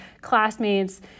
classmates